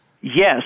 Yes